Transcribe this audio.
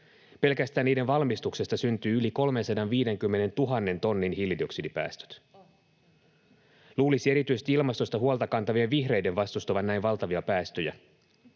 Pelkästään niiden valmistuksesta syntyy yli 350 000 tonnin hiilidioksidipäästöt. Luulisi erityisesti ilmastosta huolta kantavien vihreiden vastustavan näin valtavia päästöjä.